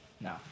No